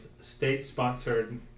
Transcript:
state-sponsored